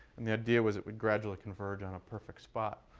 and the idea was it would gradually converge on a perfect spot.